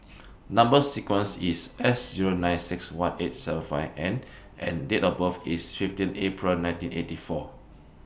Number sequence IS S Zero nine six one eight seven five N and Date of birth IS fifteen April nineteen eighty four